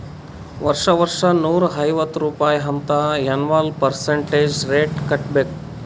ವರ್ಷಾ ವರ್ಷಾ ನೂರಾ ಐವತ್ತ್ ರುಪಾಯಿ ಅಂತ್ ಎನ್ವಲ್ ಪರ್ಸಂಟೇಜ್ ರೇಟ್ ಕಟ್ಟಬೇಕ್